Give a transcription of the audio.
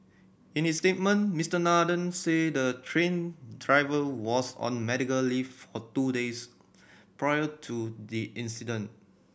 in his statement Mister Nathan said the train driver was on medical leave for two days prior to the incident